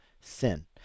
sin